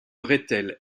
rethel